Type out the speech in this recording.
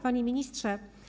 Panie Ministrze!